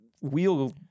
wheel